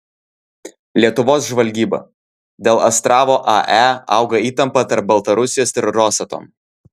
lietuvos žvalgyba dėl astravo ae auga įtampa tarp baltarusijos ir rosatom